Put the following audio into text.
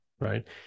right